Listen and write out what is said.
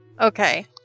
Okay